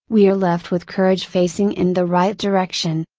we are left with courage facing in the right direction.